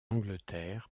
angleterre